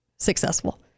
successful